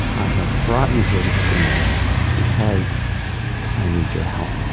i have brought you here to this window because i need your help.